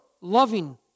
loving